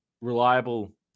reliable